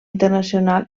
internacional